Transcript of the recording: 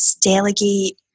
delegate